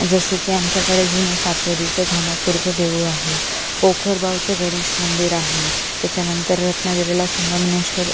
जसे की आमच्याकडे जुनं सातेरीचं धामापुरचं देऊळ आहे पोखरबावचं गणेश मंदिर आहे त्याच्यानंतर रत्नागिरीला संगमनेश्वर